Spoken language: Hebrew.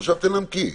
עכשיו תנמקי.